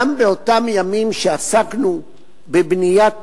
גם באותם ימים שעסקנו בבניית